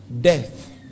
death